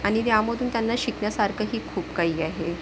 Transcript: आणि त्यामधून त्यांना शिकण्यासारखंही खूप काही आहे